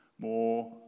more